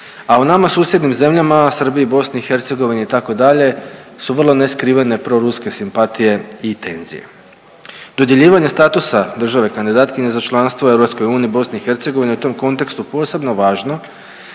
a u nama susjednim zemljama, Srbiji, BiH itd. su vrlo neskrivene proruske simpatije i tenzije. Dodjeljivanje statusa države kandidatkinje za članstvo u EU, BiH je u tom kontekstu posebno važno